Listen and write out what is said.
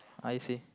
I see